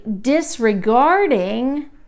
disregarding